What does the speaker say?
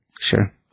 Sure